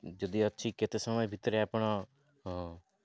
ଯଦି ଅଛି କେତେ ସମୟ ଭିତରେ ଆପଣ